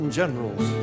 generals